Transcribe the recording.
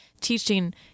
teaching